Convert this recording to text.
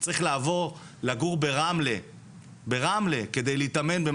צריך לעבור לגור ברמלה כדי להתאמן,